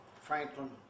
Franklin